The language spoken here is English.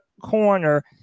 Corner